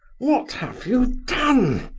what have you done?